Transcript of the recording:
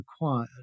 required